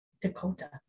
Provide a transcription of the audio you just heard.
Dakota